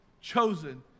chosen